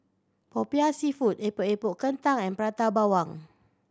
Popiah Seafood Epok Epok Kentang and Prata Bawang